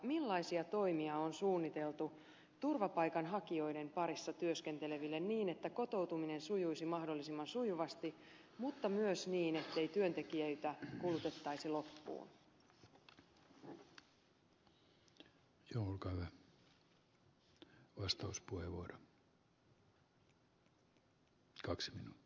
millaisia toimia on suunniteltu turvapaikanhakijoiden parissa työskenteleville niin että kotoutuminen sujuisi mahdollisimman sujuvasti mutta myös niin ettei työntekijöitä kulutettaisi loppuun